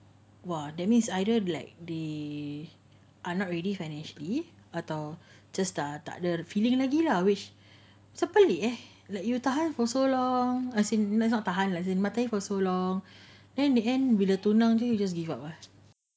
!wah! that means either like they are not ready financially atau just dah tak ada feeling lagi lah which saya macam pelik eh like you tahan for so long as in not say tahan lah dating for so long and the bila tunang you just give up ah